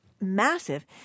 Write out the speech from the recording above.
massive